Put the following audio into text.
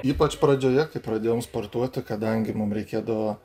ypač pradžioje kai pradėjom sportuoti kadangi mum reikėdavo